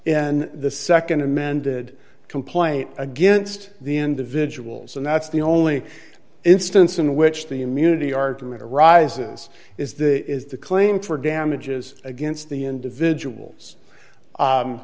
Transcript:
in the nd amended complaint against the individuals and that's the only instance in which the immunity argument arises is that is the claim for damages against the individuals